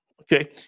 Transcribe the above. Okay